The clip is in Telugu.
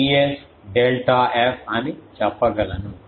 K Ts డెల్టా f అని చెప్పగలను